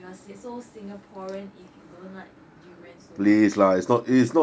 you are s~ so singaporean if you don't like durian so much